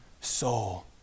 soul